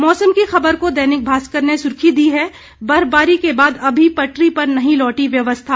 मौसम की खबर को दैनिक भास्कर ने सुर्खी दी है बर्फबारी के बाद अभी पटरी पर नहीं लौटी व्यवस्था